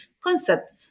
concept